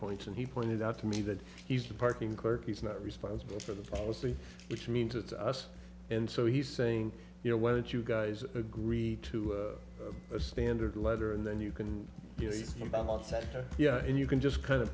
points and he pointed out to me that he's the parking clerk he's not responsible for the policy which means to us and so he's saying you know why don't you guys agree to a standard letter and then you can yeah and you can just kind of